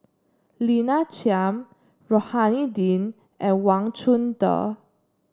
Lina Chiam Rohani Din and Wang Chunde